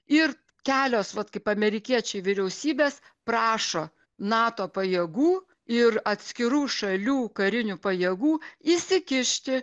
ir kelios vat kaip amerikiečiai vyriausybės prašo nato pajėgų ir atskirų šalių karinių pajėgų įsikišti